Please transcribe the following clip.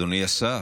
אדוני השר,